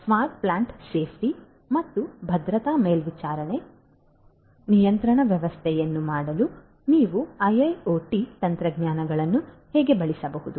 smart plant ಸುರಕ್ಷತೆ ಮತ್ತು ಭದ್ರತಾ ಮೇಲ್ವಿಚಾರಣೆ ಮತ್ತು ನಿಯಂತ್ರಣ ವ್ಯವಸ್ಥೆಯನ್ನು ಮಾಡಲು ನೀವು IIoT ತಂತ್ರಜ್ಞಾನಗಳನ್ನು ಹೇಗೆ ಬಳಸಬಹುದು